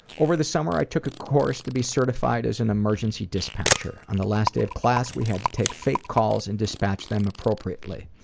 over the summer i took a course to be certified as an emergency dispatcher. on the last day of class we had to take fake calls and dispatch them appropriately.